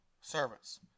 servants